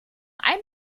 ein